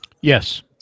Yes